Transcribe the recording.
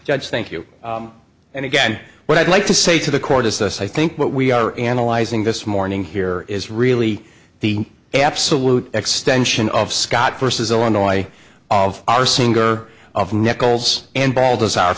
judge thank you and again what i'd like to say to the court is this i think what we are analyzing this morning here is really the absolute extension of scott versus illinois of our singer of nichols